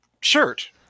shirt